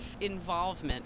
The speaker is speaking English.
involvement